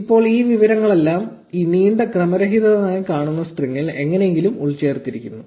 ഇപ്പോൾ ഈ വിവരങ്ങളെല്ലാം ഈ നീണ്ട ക്രമരഹിതമായി കാണുന്ന സ്ട്രിംഗിൽ എങ്ങനെയെങ്കിലും ഉൾച്ചേർത്തിരിക്കുന്നു